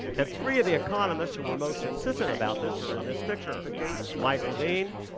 and three of the economists who were most insistent about this are in this picture michael levine,